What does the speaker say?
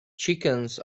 chickens